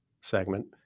segment